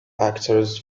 actors